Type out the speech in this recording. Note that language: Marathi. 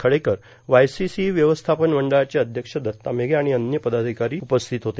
खडेकर वायसीसीई व्यवस्थापन मंडळाचे अध्यक्ष दत्ता मेघे आणि अन्य पदाधिकारी उपस्थित होते